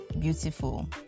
beautiful